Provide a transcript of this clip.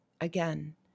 Again